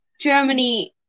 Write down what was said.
Germany